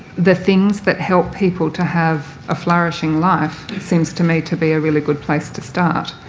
the things that help people to have a flourishing life seems to me to be a really good place to start.